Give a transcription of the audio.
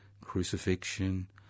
crucifixion